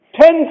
Ten